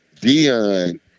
Dion